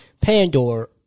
Pandora